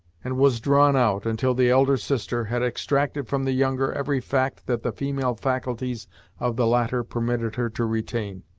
and was drawn out, until the elder sister had extracted from the younger every fact that the feeble faculties of the latter permitted her to retain,